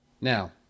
Now